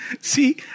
See